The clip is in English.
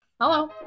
Hello